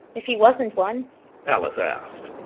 if he wasn't one alice asked.